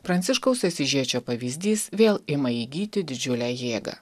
pranciškaus asyžiečio pavyzdys vėl ima įgyti didžiulę jėgą